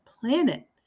planet